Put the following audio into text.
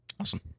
Awesome